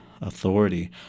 authority